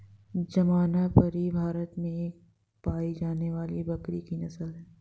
जमनापरी भारत में पाई जाने वाली बकरी की नस्ल है